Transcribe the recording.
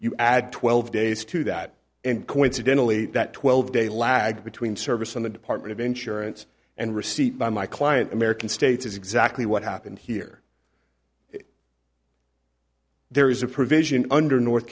you add twelve days to that and coincidentally that twelve day lag between service in the department of insurance and received by my client american states is exactly what happened here there is a provision under north